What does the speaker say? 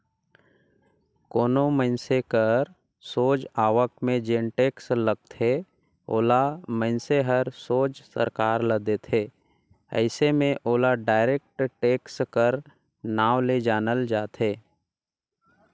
कोनो मइनसे कर सोझ आवक में जेन टेक्स लगथे ओला मइनसे हर सोझ सरकार ल देथे अइसे में ओला डायरेक्ट टेक्स कर नांव ले जानल जाथे